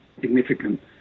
significant